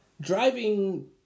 driving